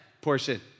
portion